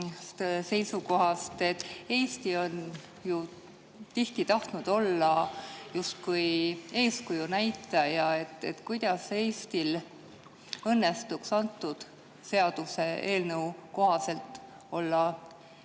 seisukohast, et Eesti on tihti tahtnud olla justkui eeskuju näitaja. Kuidas Eestil õnnestuks selle seaduseelnõu kohaselt